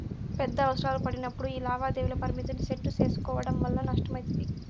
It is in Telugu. పెద్ద అవసరాలు పడినప్పుడు యీ లావాదేవీల పరిమితిని సెట్టు సేసుకోవడం వల్ల నష్టమయితది